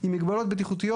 עם מגבלות בטיחותיות.